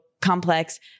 complex